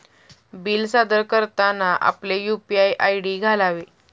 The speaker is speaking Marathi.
बिल सादर करताना आपले यू.पी.आय आय.डी घालावे